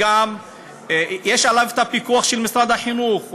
ויש עליו הפיקוח של משרד החינוך,